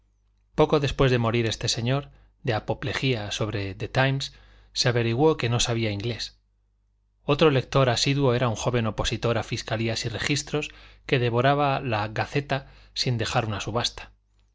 poco después de morir este señor de apoplejía sobre the times se averiguó que no sabía inglés otro lector asiduo era un joven opositor a fiscalías y registros que devoraba la gaceta sin dejar una subasta